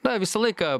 na visą laiką